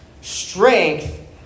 Strength